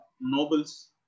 nobles